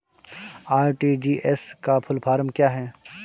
RTGS का full form क्या है?